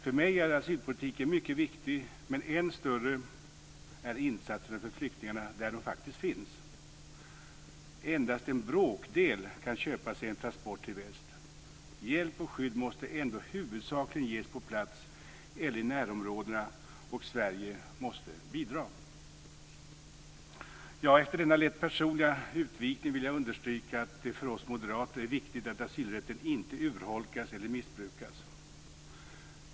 För mig är asylpolitiken mycket viktig, men än viktigare är insatserna för flyktingarna där dessa faktiskt finns. Endast en bråkdel kan köpa sig en transport till väst. Hjälp och skydd måste ändå huvudsakligen ges på plats eller i närområdena, och Sverige måste bidra. Efter denna lätt personliga utvikning vill jag understryka att det för oss moderater är viktigt att asylrätten inte urholkas eller missbrukas.